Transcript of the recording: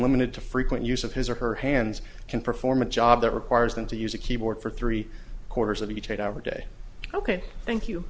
limited to frequent use of his or her hands can perform a job that requires them to use a keyboard for three quarters of each eight hour day ok thank you